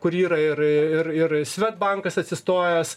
kuri yra ir ir ir svedbankas atsistojęs